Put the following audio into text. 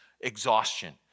exhaustion